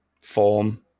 form